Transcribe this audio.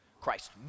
Christ